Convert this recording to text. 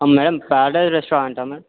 ma'am paradise రెస్టారెంటా ma'am